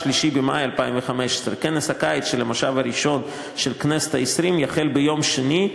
3 במאי 2015. כנס הקיץ של המושב הראשון של הכנסת העשרים יחל ביום שני,